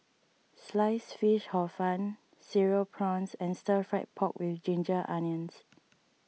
Sliced Fish Hor Fun Cereal Prawns and Stir Fried Pork with Ginger Onions